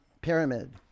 pyramid